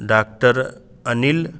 doctor Anil